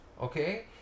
okay